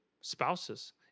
spouses